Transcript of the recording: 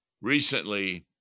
Recently